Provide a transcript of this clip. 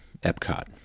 Epcot